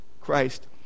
christ